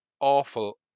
awful